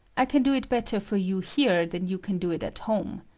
i can do it better for you here than you can do it at home.